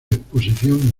exposición